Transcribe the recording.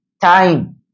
time